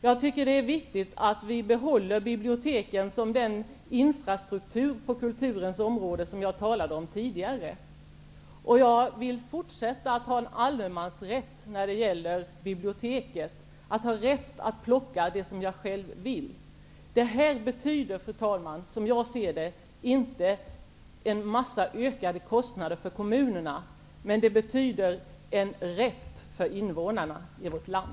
Jag tycker att det är viktigt att vi behåller biblioteken som den infrastruktur på kulturens område som jag talade om tidigare. Jag vill också fortsätta att ha en ''allemansrätt'' när det gäller biblioteken, dvs. att man har rätt att plocka det som man själv vill. Detta betyder, fru talman, som jag ser det inte en mängd ökade kostnader för kommunerna. Men det betyder en rätt för invånarna i vårt land.